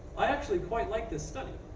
i actually quite like this study.